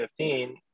2015